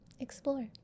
Explore